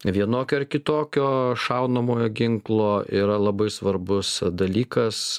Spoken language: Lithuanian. vienokio ar kitokio šaunamojo ginklo yra labai svarbus dalykas